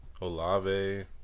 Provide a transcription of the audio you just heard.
Olave